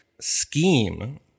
scheme